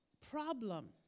problem